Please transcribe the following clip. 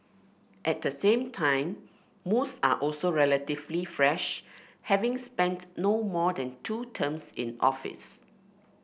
at the same time most are also relatively fresh having spent no more than two terms in office